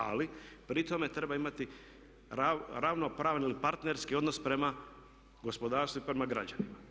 Ali pri tome treba imati ravnopravni ili partnerski odnos prema gospodarstvu i prema građanima.